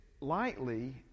lightly